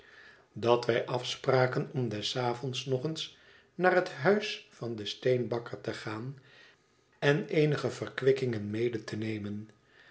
dat wij afspraken om des avonds nog eens naar het huis van den steenbakker te gaan en eenige verkwikkingen mede te nemen